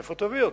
מאיפה תביא אותו?